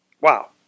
Wow